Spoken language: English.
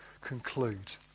conclude